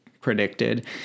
predicted